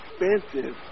expensive